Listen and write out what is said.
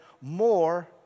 more